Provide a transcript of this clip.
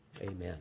Amen